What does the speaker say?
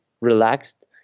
relaxed